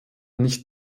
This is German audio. nicht